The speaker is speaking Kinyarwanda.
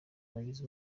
nagize